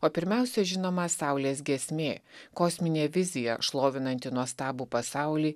o pirmiausia žinoma saulės giesmė kosminė vizija šlovinanti nuostabų pasaulį